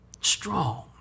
Strong